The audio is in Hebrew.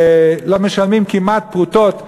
והן לא משלמות אלא כמעט פרוטות,